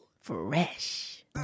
fresh